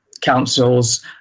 councils